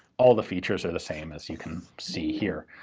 all the features are the same, as you can see here.